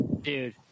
Dude